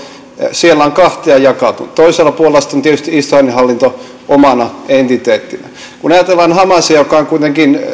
siellä on kahtiajakautunut toisella puolella on sitten tietysti israelin hallinto omana entiteettinään kun ajatellaan hamasia joka on kuitenkin muun muassa